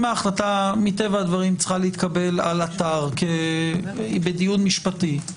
אם ההחלטה מטבע הדברים צריכה להתקבל על אתר כי היא בדיון משפטי,